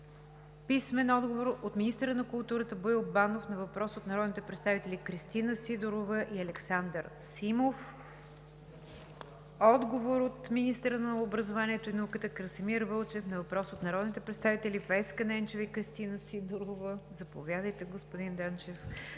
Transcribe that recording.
Йорданов; - министъра на културата Боил Банов на въпрос от народните представители Кристина Сидорова и Александър Симов; - министъра на образованието и науката Красимир Вълчев на въпрос от народните представители Веска Ненчева и Кристина Сидорова; - министъра на финансите